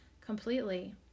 completely